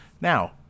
Now